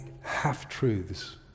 half-truths